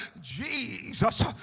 Jesus